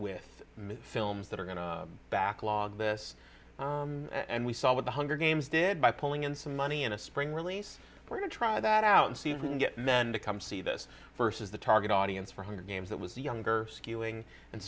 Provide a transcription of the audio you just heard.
with films that are going to backlog this and we saw with the hunger games did by pulling in some money in a spring release we're going to try that out and see if we can get men to come see this versus the target audience for hundred games that was the younger skewing and